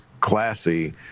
classy